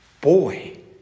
boy